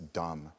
dumb